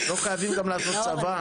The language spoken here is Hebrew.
לא חייבים גם לעשות צבא,